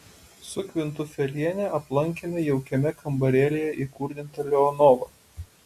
su kvintufeliene aplankėme jaukiame kambarėlyje įkurdintą leonovą